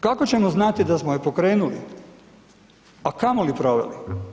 Kako ćemo znati da smo je pokrenuli a kamoli proveli?